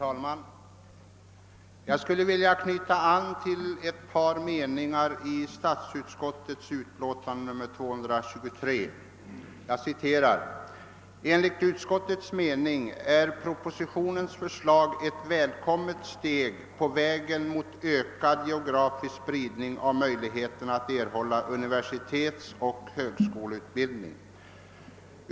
Herr talman! Jag vill här knyta an till några meningar i statsutskottets förevarande utlåtande. På s. 16 skriver utskottet: »Enligt utskottets mening är propositionens förslag ett välkommet steg på vägen mot en ökad geografisk spridning av möjligheterna att erhålla universitetsoch högskoleutbildning.